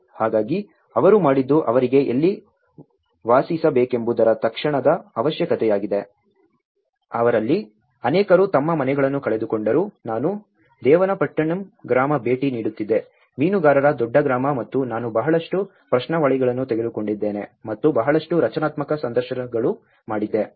ಹಾಗಾಗಿ ಅವರು ಮಾಡಿದ್ದು ಅವರಿಗೆ ಎಲ್ಲಿ ವಾಸಿಸಬೇಕೆಂಬುದರ ತಕ್ಷಣದ ಅವಶ್ಯಕತೆಯಾಗಿದೆ ಅವರಲ್ಲಿ ಅನೇಕರು ತಮ್ಮ ಮನೆಗಳನ್ನು ಕಳೆದುಕೊಂಡರು ನಾನು ದೇವನಪಟ್ಟಿಣಂ ಗ್ರಾಮಕ್ಕೆ ಭೇಟಿ ನೀಡುತ್ತಿದ್ದೆ ಮೀನುಗಾರರ ದೊಡ್ಡ ಗ್ರಾಮ ಮತ್ತು ನಾನು ಬಹಳಷ್ಟು ಪ್ರಶ್ನಾವಳಿಗಳನ್ನು ತೆಗೆದುಕೊಂಡಿದ್ದೇನೆ ಮತ್ತು ಬಹಳಷ್ಟು ರಚನಾತ್ಮಕ ಸಂದರ್ಶನಗಳು ಮಾಡಿದ್ದೆ